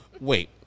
wait